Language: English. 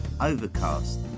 Overcast